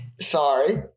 Sorry